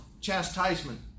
chastisement